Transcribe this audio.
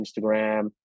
Instagram